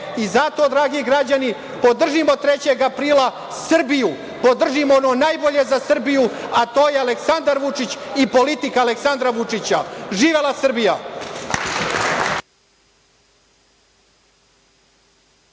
sve. Zato, dragi građani, podržimo 3. aprila Srbiju, podržimo ono najbolje za Srbiju, a to je Aleksandar Vučić i politika Aleksandra Vučića. Živela Srbija.